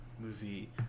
movie